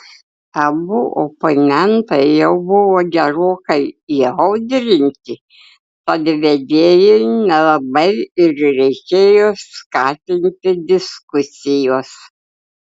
abu oponentai jau buvo gerokai įaudrinti tad vedėjui nelabai ir reikėjo skatinti diskusijos